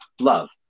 Love